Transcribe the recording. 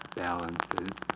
balances